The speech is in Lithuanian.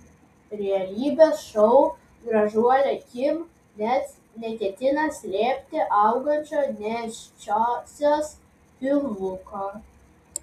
realybės šou gražuolė kim net neketina slėpti augančio nėščiosios pilvuko